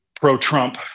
pro-Trump